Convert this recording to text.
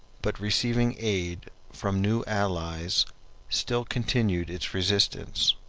but receiving aid from new allies still continued its resistance.